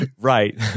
Right